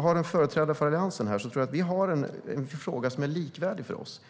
har en företrädare för Alliansen här vill jag ta upp att jag tror att vi har en fråga som är likvärdig för oss.